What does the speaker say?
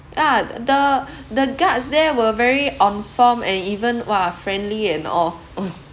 ah the the guards there were very on form and even !wah! friendly and all